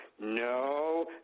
No